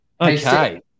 Okay